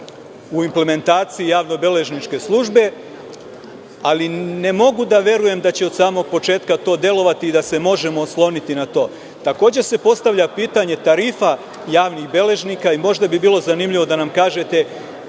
u implementaciji javno beležničke službe, ali ne mogu da verujem da će od samog početka to delovati da se možemo osloniti na to. Takođe se postavlja pitanje tarifa javnih beležnika i možda bi bilo zanimljivo da nam kažete